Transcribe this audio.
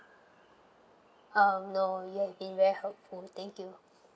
um no you have been very helpful thank you